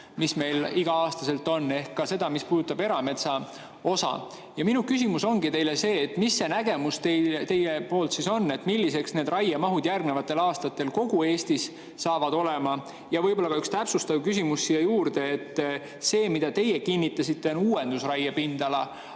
mis meil iga aasta on, ehk ka seda, mis puudutab erametsa. Minu küsimus teile ongi see: mis see nägemus teil on, millised need raiemahud järgnevatel aastatel kogu Eestis saavad olema? Võib-olla ka üks täpsustav küsimus siia juurde. See, mille teie kinnitasite, on uuendusraie pindala.